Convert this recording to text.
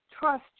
trust